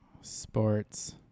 sports